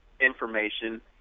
information